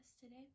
today